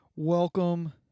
Welcome